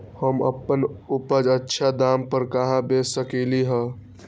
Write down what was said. हम अपन उपज अच्छा दाम पर कहाँ बेच सकीले ह?